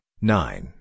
nine